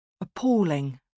Appalling